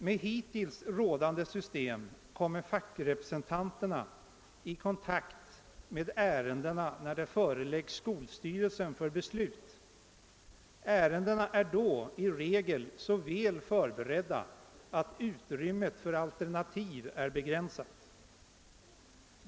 Med hittills rådande system kommer fackrepresentanterna i kontakt med ärendena när de föreläggs skolstyrelsen för beslut. ärendena är då i regel så väl förberedda att utrymmet för alternativ är begränsat.